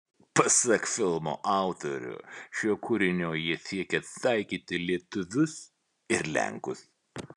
pasak filmo autorių šiuo kūriniu jie siekė taikyti lietuvius ir lenkus